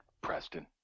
Preston